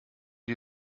die